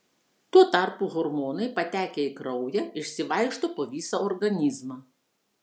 tuo tarpu hormonai patekę į kraują išsivaikšto po visą organizmą